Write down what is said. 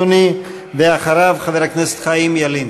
בבקשה, אדוני, ואחריו, חבר הכנסת חיים ילין.